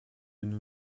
nous